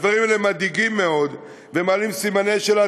הדברים האלה מדאיגים מאוד ומעלים סימני שאלה